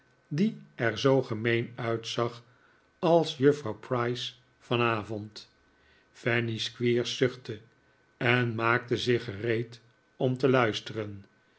die er zoo gemeen uitzag als juffrouw price vanavond fanny squeers zuchtte en maakte zich gereed om te luisteren